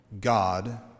God